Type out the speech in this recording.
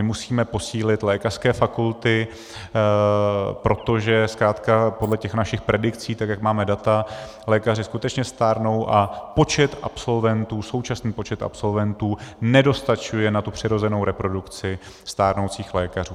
Musíme posílit lékařské fakulty, protože zkrátka podle našich predikcí, tak jak máme data, lékaři skutečně stárnou a počet absolventů, současný počet absolventů nedostačuje na přirozenou reprodukci stárnoucích lékařů.